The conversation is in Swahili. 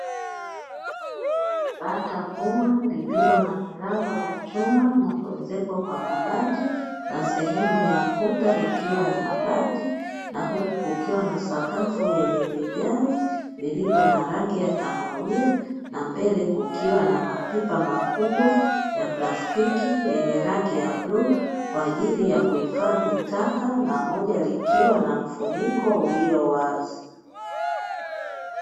Banda kubwa lililo na milango ya chuma na kuezekwa kwa mabati na sehemu ya kuta ikiwa ya mabati, na huku kukiwa na sakafu yenye vigae vilivyo na rangi ya kahawia na mbele kukiwa na mapipa makubwa ya plastiki yenye rangi ya bluu kwa ajili ya kuhifadhi taka na moja likiwa na mfuniko ulio wazi.